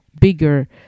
bigger